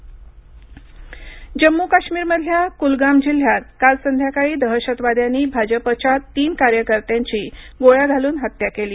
जम्मू काश्मीर गोळीबार जम्मू काश्मीरमधल्या कुलगाम जिल्हयात काल संध्याकाळी दहशतवाद्यांनी भाजपच्या तीन कार्यकर्त्यांची गोळ्या घालून हत्या केली